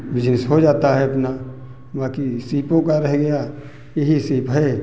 business हो जाता है अपना बाकी सीपों का रह गया यही सीप है